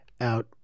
out